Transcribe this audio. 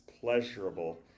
pleasurable